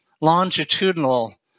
longitudinal